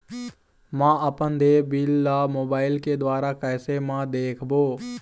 म अपन देय बिल ला मोबाइल के द्वारा कैसे म देखबो?